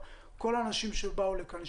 כל האנשים שבאו לכאן,